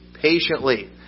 patiently